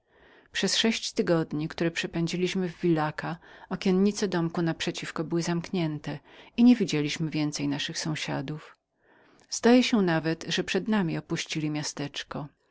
przez sześć tygodni które przepędziliśmy w villaca okienice przeciwnego domku były ciągle zamknięte i nie widzieliśmy więcej naszych sąsiadów zdaje się nawet że przed nami opuścili miasteczko